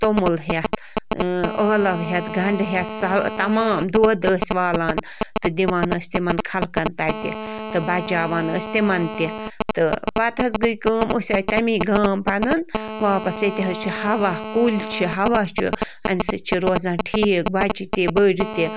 توٚمُل ہٮ۪تھ ٲلَو ہٮ۪تھ گَنٛڈٕ ہٮ۪تھ سا تمام دۄد ٲسۍ والان تہٕ دِوان ٲسۍ تِمَن خلقن تَتہِ تہٕ بچاوان ٲسۍ تِمَن تہِ تہٕ پَتہٕ حظ گٔے کٲم أسۍ آے تَمی گام پَنُن واپَس ییٚتہِ حظ چھِ ہوا کُلۍ چھِ ہوا چھُ اَمہِ سۭتۍ چھِ روزان ٹھیٖک بَچہِ تہِ بٔڑ تہِ